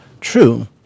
true